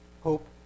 hope